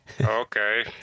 Okay